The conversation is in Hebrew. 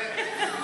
יפה.